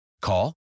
Call